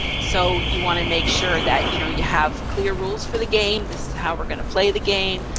so you want to make sure that you know you have clear rules for the game, this is how we're going to play the game,